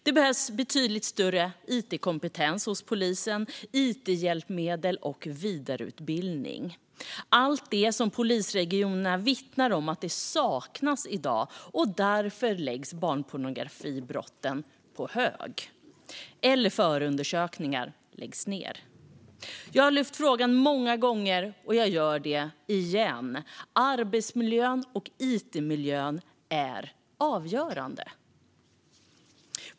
Det behövs betydligt större it-kompetens hos polisen, it-hjälpmedel och vidareutbildning. Det är allt det som polisregionerna vittnar om saknas i dag. Därför läggs barnpornografibrotten på hög eller förundersökningar läggs ned. Jag har lyft upp frågan många gånger, och jag gör det igen, nämligen att arbetsmiljön och it-miljön är avgörande.